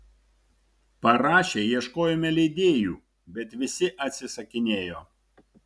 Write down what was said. parašę ieškojome leidėjų bet visi atsisakinėjo